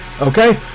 Okay